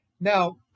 now